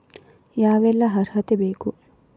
ಯಾವೆಲ್ಲ ಅರ್ಹತೆ ಬೇಕು?